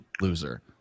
loser